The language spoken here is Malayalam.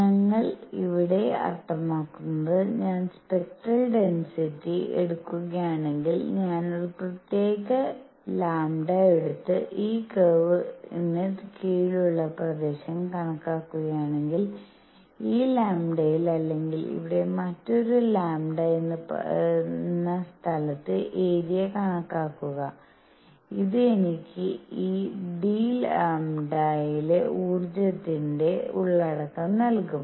ഞങ്ങൾ ഇവിടെ അർത്ഥമാക്കുന്നത് ഞാൻ സ്പെക്ട്രൽ ഡെൻസിറ്റി എടുക്കുകയാണെങ്കിൽ ഞാൻ ഒരു പ്രത്യേക λ എടുത്ത് ഈ കർവ് ന് കീഴിലുള്ള പ്രദേശം കണക്കാക്കുകയാണെങ്കിൽ ഈ ലാംഡയിൽ അല്ലെങ്കിൽ ഇവിടെ മറ്റൊരു λ എന്ന സ്ഥലത്ത് ഏരിയ കണക്കാക്കുക ഇത് എനിക്ക് ഈ d λ യിലെ ഊർജ്ജത്തിന്റെ ഉള്ളടക്കം നൽകും